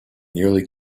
nearly